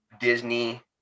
Disney